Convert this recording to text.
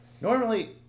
Normally